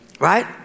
right